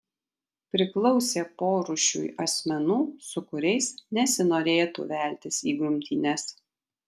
priklausė porūšiui asmenų su kuriais nesinorėtų veltis į grumtynes